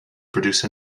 produce